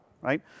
right